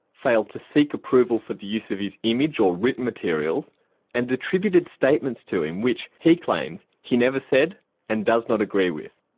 failed to seek approval for the use of his image or written materials and attributed statements to him which, he claims, he never said and does not agree with.